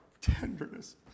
tenderness